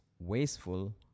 wasteful